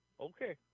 Okay